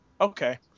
Okay